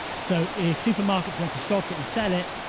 so if supermarkets want to stock it and sell it,